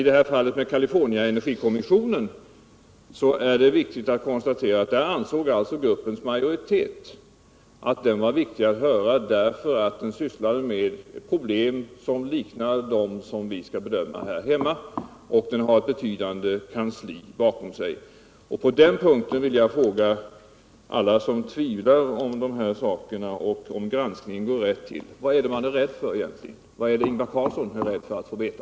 Beträffande Energy Commission of California ansåg gruppens majoritet att det var viktigt att höra den, därför att den sysslade med problem liknande dem som vi skall bedöma här hemma, och man har ett betydande kansli bakom sig. Jag vill fråga alla som tvivlar på att denna granskning går rätt till: Vad är man egentligen rädd för? Vad är Ingvar Carlsson rädd för att få veta?